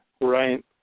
Right